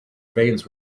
veins